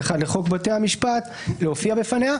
לחוק בתי המשפט להופיע בפניה.